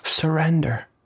Surrender